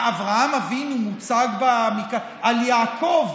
אברהם אבינו מוצג במקרא, על יעקב,